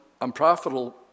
unprofitable